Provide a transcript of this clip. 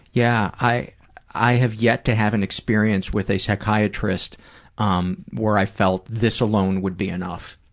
yeah. i i have yet to have an experience with a psychiatrist um where i felt this alone would be enough.